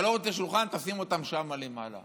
אתה לא רוצה שולחן, תחזיק אותם שם למעלה.